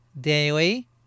Daily